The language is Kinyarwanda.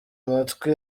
amatwi